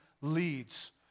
leads